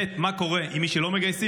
ב', מה קורה עם מי שלא מגייסים?